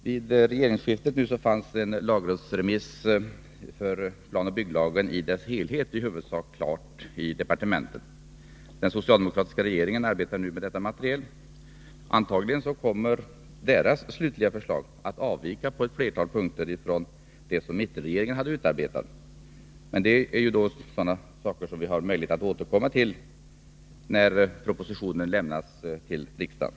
Vid regeringsskiftet fanns en lagrådsremiss för PBL i dess helhet i huvudsak klar i departementet. Den socialdemokratiska regeringen arbetar nu med detta material. Antagligen kommer dess slutliga förslag att avvika på ett antal punkter från det som mittenregeringen hade utarbetat. Det är sådant som vi har möjlighet att återkomma till när propositionen lämnas till riksdagen.